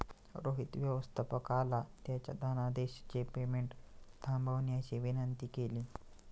रोहित व्यवस्थापकाला त्याच्या धनादेशचे पेमेंट थांबवण्याची विनंती केली